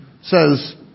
says